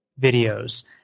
videos